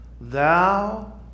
thou